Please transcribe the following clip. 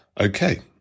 okay